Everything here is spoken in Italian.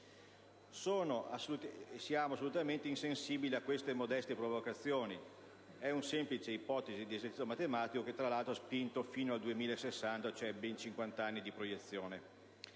Siamo assolutamente insensibili a queste modeste provocazioni: è una semplice ipotesi ed un esercizio matematico, tra l'altro spinto fino al 2060 (ben 50 anni di proiezione).